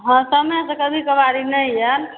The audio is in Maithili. हँ समयसँ कभी कभार इ नहि आयल